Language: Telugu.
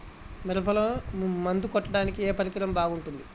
మిరపలో మందు కొట్టాడానికి ఏ పరికరం బాగుంటుంది?